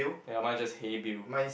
ya mine is just hey Bill